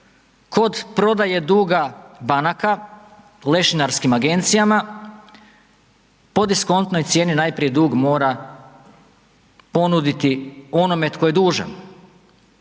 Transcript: kod prodaje duga banaka lešinarskim agencijama, po diskontnoj cijeni najprije dug mora ponuditi onome tko je dužan.